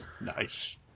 nice